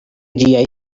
ĝiaj